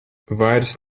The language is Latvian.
vairs